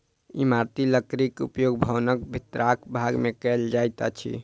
इमारती लकड़ीक उपयोग भवनक भीतरका भाग मे कयल जाइत अछि